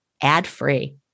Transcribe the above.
ad-free